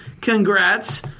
Congrats